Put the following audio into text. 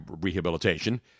rehabilitation